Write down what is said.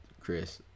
Chris